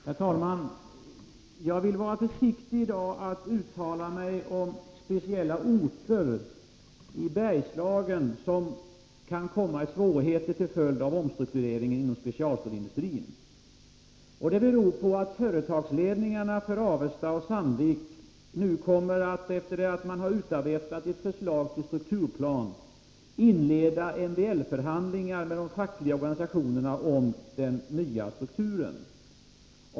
Herr talman! Jag vill i dag vara försiktig med att uttala mig om speciella orter i Bergslagen som kan komma i svårigheter till följd av omstruktureringen inom specialstålsindustrin. Anledningen härtill är att Avestas och Sandviks företagsledningar nu, efter det att man utarbetat ett förslag till strukturplan, kommer att inleda MBL-förhandlingar med de fackliga organisationerna om den nya strukturen.